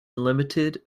limited